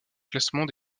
classement